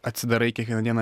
atsidarai kiekvieną dieną